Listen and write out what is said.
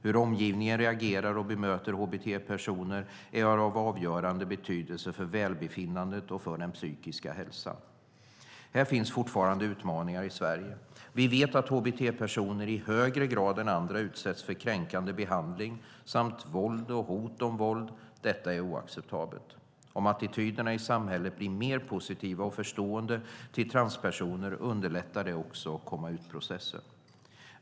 Hur omgivningen reagerar och bemöter hbt-personer är av avgörande betydelse för välbefinnandet och för den psykiska hälsan. Här finns fortfarande utmaningar i Sverige. Vi vet att hbt-personer i högre grad än andra utsätts för kränkande behandling, våld och hot om våld. Detta är oacceptabelt. Om attityderna i samhället blir mer positiva och förstående till transpersoner underlättar det också komma-ut-processen.